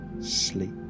sleep